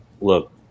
look